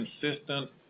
consistent